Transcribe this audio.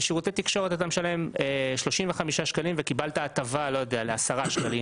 בשירותי תקשורת אתה משלם 35 שקלים וקיבלת הטבה על 10 שקלים